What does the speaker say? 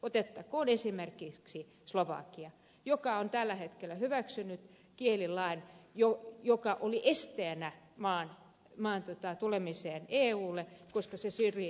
otettakoon esimerkiksi slovakia joka on tällä hetkellä hyväksynyt kielilain joka oli esteenä maan tulemiselle euhun koska se syrji unkarilaista vähemmistöä